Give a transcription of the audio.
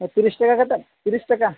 ᱛᱤᱨᱤᱥ ᱴᱟᱠᱟ ᱠᱟᱛᱮᱫ ᱛᱤᱨᱤᱥ ᱴᱟᱠᱟ